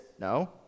No